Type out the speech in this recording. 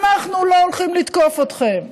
אנחנו לא הולכים לתקוף אתכם.